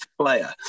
player